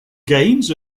gains